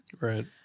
Right